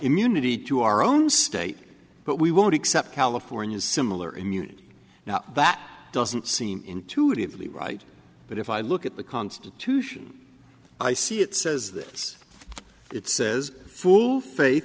immunity to our own state but we won't accept california similar immunity now that doesn't seem intuitively right but if i look at the constitution i see it says this it says full faith